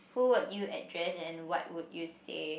who will you address and what would you say